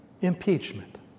Impeachment